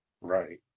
right